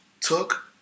took